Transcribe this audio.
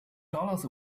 dollars